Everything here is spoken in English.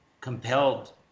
compelled